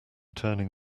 turning